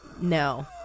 no